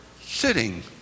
sitting